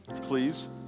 Please